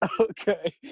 Okay